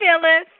Phyllis